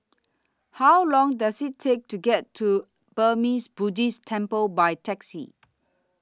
How Long Does IT Take to get to Burmese Buddhist Temple By Taxi